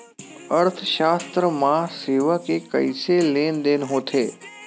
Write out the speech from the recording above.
अर्थशास्त्र मा सेवा के कइसे लेनदेन होथे?